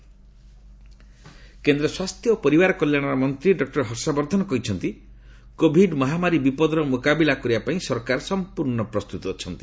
Covid Harshvardhan କେନ୍ଦ୍ର ସ୍ୱାସ୍ଥ୍ୟ ଓ ପରିବାର କଲ୍ୟାଣ ମନ୍ତ୍ରୀ ଡକ୍ଟର ହର୍ଷବର୍ଦ୍ଧନ କହିଛନ୍ତି କୋଭିଡ୍ ମହାମାରୀ ବିପଦର ମୁକାବିଲା କରିବା ପାଇଁ ସରକାର ସମ୍ପର୍ଣ୍ଣ ପ୍ରସ୍ତୁତ ଅଛନ୍ତି